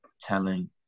telling